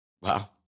Wow